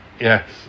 Yes